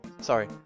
Sorry